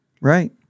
Right